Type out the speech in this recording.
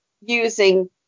using